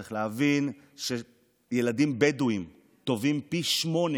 צריך להבין שילדים בדואים טובעים פי שמונה